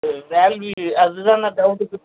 value அதுதாண்ணா டவுட்டுக்கு